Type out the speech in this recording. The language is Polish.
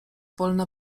wolna